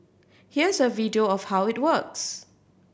here's a video of how it works